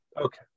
Okay